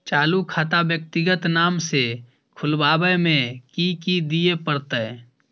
चालू खाता व्यक्तिगत नाम से खुलवाबै में कि की दिये परतै?